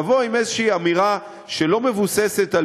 לבוא עם איזושהי אמירה שלא מבוססת על